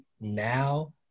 now –